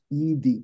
ED